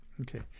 Okay